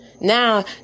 Now